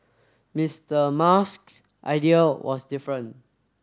Mister Musk's idea was different